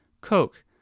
Coke